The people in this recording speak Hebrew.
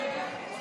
לאנשים